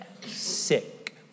sick